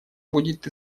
будет